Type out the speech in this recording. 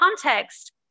context